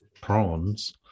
prawns